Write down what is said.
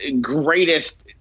greatest